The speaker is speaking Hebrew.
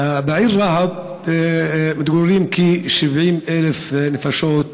בעיר רהט מתגוררות כ-70,000 נפשות.